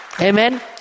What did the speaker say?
Amen